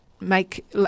make